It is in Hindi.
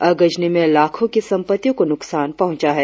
अगजनी में लाखों की संपत्तियों को नुकसान पहुंचा है